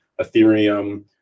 Ethereum